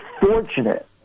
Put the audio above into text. fortunate